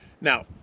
Now